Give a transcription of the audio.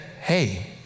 hey